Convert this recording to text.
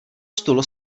stolu